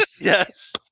yes